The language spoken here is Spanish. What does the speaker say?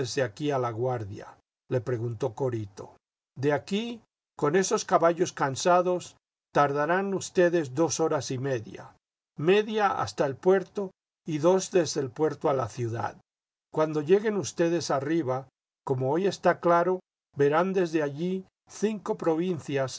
aquí a laguardia le preguntó corito de aquí con estos caballos cansados tardarán ustedes dos horas y media media hasta el puerto y dos desde el puerto a la ciudad cuando lleguen ustedes arriba como hoy está claro verán desde allí cinco provincias